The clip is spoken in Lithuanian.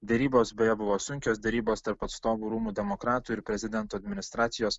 derybos beje buvo sunkios derybos tarp atstovų rūmų demokratų ir prezidento administracijos